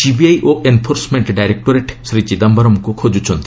CBI ଓ enforcement directorate Shri ଚିଦାୟରମ୍ଙ୍କୁ ଖୋକୁଛନ୍ତି